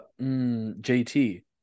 JT